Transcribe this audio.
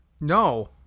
No